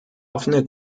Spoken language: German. offene